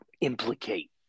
implicate